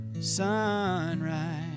sunrise